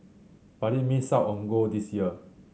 but it missed out on gold this year